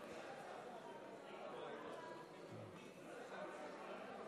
שלוש דקות לרשותך.